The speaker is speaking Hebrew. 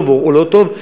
טוב או לא טוב,